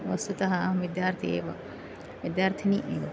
वस्तुतः अहं विद्यार्थि एव विद्यार्थिनी एव